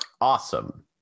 Awesome